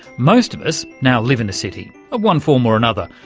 most of us now live in a city of one form or another,